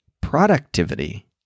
productivity